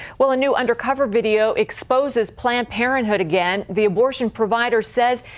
well, a new undercover video exposes planned parenthood again. the abortion provider says,